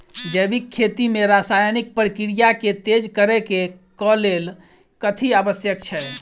जैविक खेती मे रासायनिक प्रक्रिया केँ तेज करै केँ कऽ लेल कथी आवश्यक छै?